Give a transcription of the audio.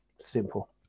Simple